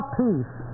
peace